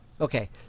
Okay